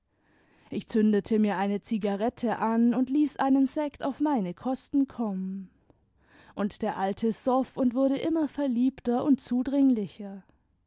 ich zündete mir eine zigarette an und ließ eine sekt auf meine kosten kommen und der alte soff und wurde immer verliebter und zudringlicher